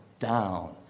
Down